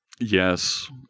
Yes